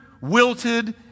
wilted